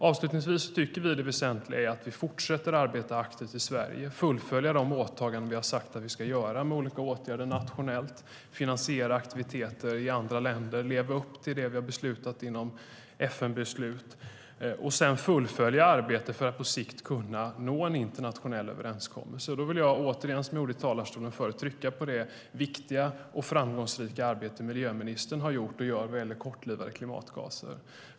Avslutningsvis tycker vi att det väsentliga är att vi fortsätter arbeta aktivt i Sverige, fullfölja de åtaganden vi har sagt att vi ska göra nationellt, finansiera aktiviteter i andra länder, leva upp till det vi har beslutat inom ramen för FN-beslut och fullfölja arbetet för att på sikt kunna nå en internationell överenskommelse. Då vill jag återigen, som jag gjorde i talarstolen förut, trycka på det viktiga och framgångsrika arbete miljöministern har gjort och gör när det gäller kortlivade klimatgaser.